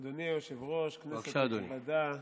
אדוני הישוב-ראש, כנסת נכבדה,